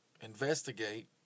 investigate